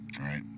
Right